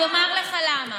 אני אומר לך למה,